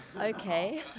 okay